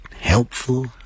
helpful